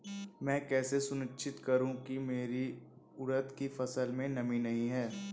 मैं कैसे सुनिश्चित करूँ की मेरी उड़द की फसल में नमी नहीं है?